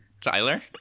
Tyler